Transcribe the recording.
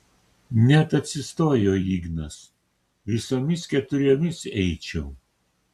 net atsistojo ignas visomis keturiomis eičiau